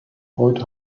heute